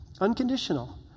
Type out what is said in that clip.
Unconditional